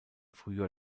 frühjahr